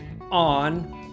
on